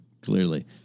Clearly